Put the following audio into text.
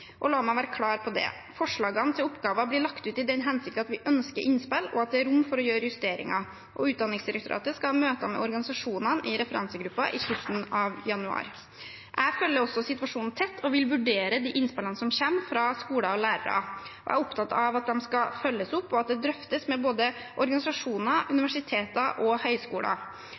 La meg være klar på dette: Forslagene til oppgaver blir lagt ut i den hensikt at vi ønsker innspill, og at det er rom for å gjøre justeringer. Utdanningsdirektoratet skal ha møter med organisasjonene i referansegruppa i slutten av januar. Jeg følger også situasjonen tett og vil vurdere de innspillene som kommer fra skoler og lærere. Jeg er opptatt av at de skal følges opp, og at det drøftes med både organisasjoner, universiteter og høyskoler.